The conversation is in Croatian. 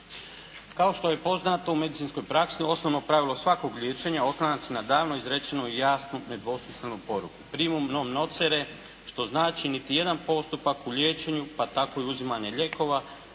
Kao što je poznato u medicinskoj praksi osnovno pravilo svakog liječenja oslanja se na davno izrečenu i jasnu nedvosmislenu poruku "primum non nocere" što znači niti jedan postupak u liječenju pa tako i uzimanje lijekova